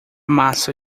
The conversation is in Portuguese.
massa